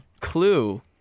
clue